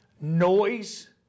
noise